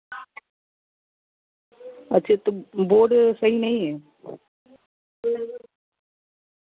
अच्छा तो बोर्ड सही नहीं है